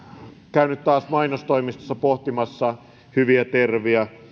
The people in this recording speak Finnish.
käynyt taas mainostoimistossa pohtimassa hyviä termejä